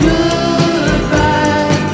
Goodbye